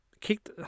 kicked